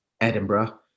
Edinburgh